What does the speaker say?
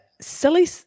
silly